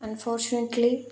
unfortunately